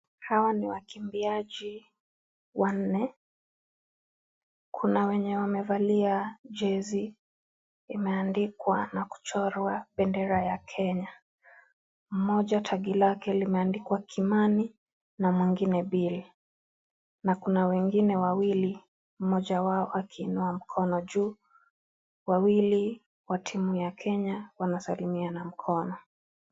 Hawa ni wakimbiaji wanne , kuna wenye wamevalia jezi imeandikwa na kuchorwa bendera ya Kenya, mmoja tagi lake limeandikwa Kimani na mwigine Bill na kuna wengine wawili mmoja wao akiinua mkono juu wawili wa timu ya kenya wanasalimiana mkono.